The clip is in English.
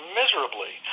miserably